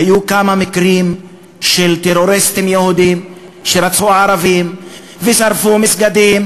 היו כמה מקרים של טרוריסטים יהודים שרצחו ערבים ושרפו מסגדים,